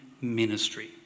ministry